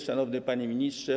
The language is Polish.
Szanowny Panie Ministrze!